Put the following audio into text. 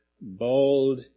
Bold